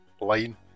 line